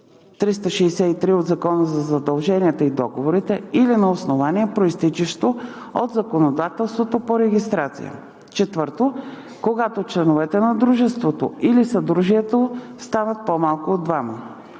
363 от Закона за задълженията и договорите, или на основание, произтичащо от законодателството по регистрация; 4. когато членовете на дружеството или съдружието станат по-малко от двама.